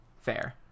Fair